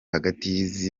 hagati